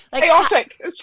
Chaotic